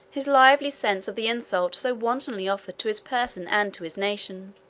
his lively sense of the insult so wantonly offered to his person and to his nation.